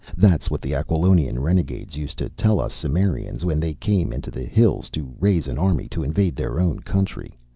that's what the aquilonian renegades used to tell us cimmerians when they came into the hills to raise an army to invade their own country.